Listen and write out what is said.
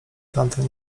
tamten